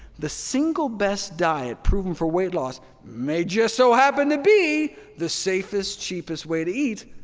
the single best diet proven for weight loss may just so happen to be the safest, cheapest way to eat,